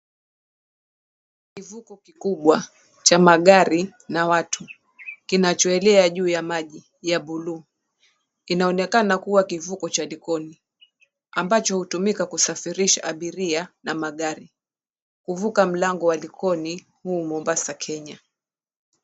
Kivuko kikubwa cha magari na watu, kinachoelea juu ya maji ya buluu, kinaonekana kuwa kivuko cha Likoni ambacho hutumika kusafirisha abiria na magari kuvuka Mlango wa Likoni humo Mombasa, Kenya.